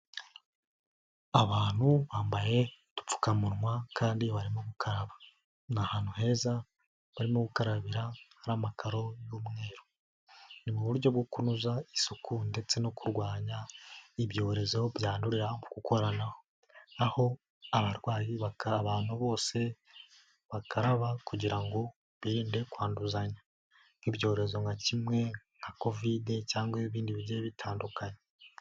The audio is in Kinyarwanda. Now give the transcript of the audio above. Abantu bambaye udupfukamunwa kandi barimo gukaraba, ni ahantu heza barimo gukarabira hari amakaro y'umweru, ni mu buryo bwo kunoza isuku ndetse no kurwanya ibyorezo byandurira mu gukoranaho, aho abarwayi bakaraba, abantu bose bakaraba kugira ngo birinde kwanduzanya nk'ibyorezo nka kimwe nka Covid cyangwa ibindi bigiye bitandukanye.